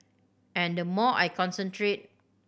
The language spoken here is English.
and the more I concentrate